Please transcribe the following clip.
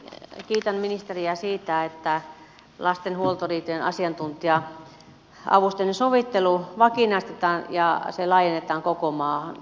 kiitän ministeriä siitä että lasten huoltoriitojen asiantuntija avusteinen sovittelu vakinaistetaan ja se laajennetaan koko maahan